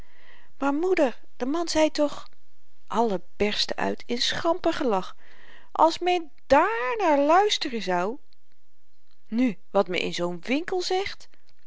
maar moeder de man zei toch allen berstten uit in schamper gelach als men dààrnaar luisteren zou nu wat men in zoo'n winkel zegt